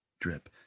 drip